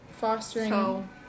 fostering